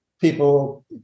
people